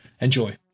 enjoy